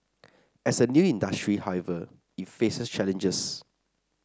as a new industry however it faces challenges